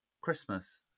Christmas